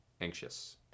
anxious